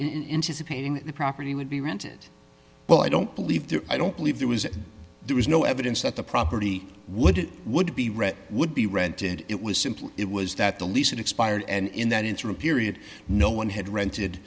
painting the property would be rented but i don't believe there i don't believe there was there is no evidence that the property would it would be read would be rented it was simply it was that the lease expired and in that interim period no one had rented